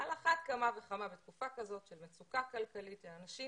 על אחת כמה וכמה בתקופה כזאת של מצוקה כלכלית של אנשים,